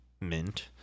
mint